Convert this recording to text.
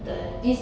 betul